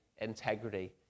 integrity